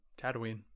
Tatooine